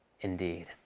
indeed